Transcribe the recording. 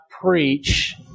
preach